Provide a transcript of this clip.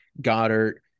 Goddard